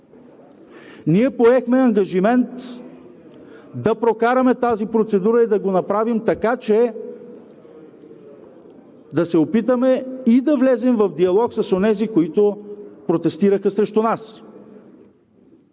Ние поехме ангажимент да прокараме тази процедура и да го направим така, че да се опитаме да влезем в диалог с онези, които протестираха срещу нас.